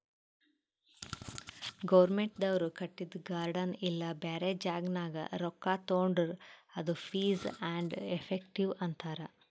ಗೌರ್ಮೆಂಟ್ದವ್ರು ಕಟ್ಟಿದು ಗಾರ್ಡನ್ ಇಲ್ಲಾ ಬ್ಯಾರೆ ಜಾಗನಾಗ್ ರೊಕ್ಕಾ ತೊಂಡುರ್ ಅದು ಫೀಸ್ ಆ್ಯಂಡ್ ಎಫೆಕ್ಟಿವ್ ಅಂತಾರ್